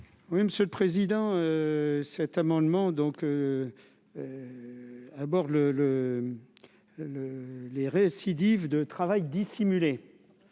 Oui, monsieur le président, cet amendement donc à bord le le le les récidives de travail dissimulé.